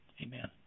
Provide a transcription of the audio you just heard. Amen